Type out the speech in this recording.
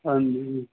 ਹਾਂਜੀ